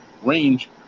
range